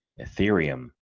Ethereum